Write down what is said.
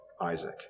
Isaac